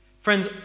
Friends